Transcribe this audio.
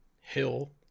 Hill